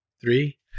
three